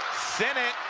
sinnott,